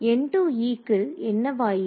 N2e க்கு என்னவாயிற்று